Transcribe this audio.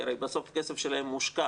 כי הרי בסוף הכסף שלהם מושקע,